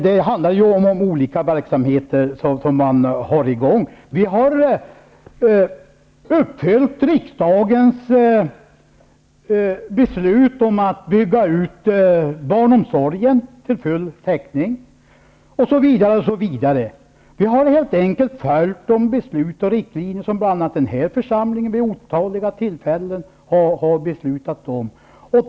Det handlar om att kommuner har olika verksamheter i gång. Vi har uppfyllt riksdagens beslut om att bygga ut barnomsorgen till full täckning, osv. Vi har helt enkelt följt de beslut och riktlinjer som bl.a. den här församlingen vid otaliga tillfällen har antagit.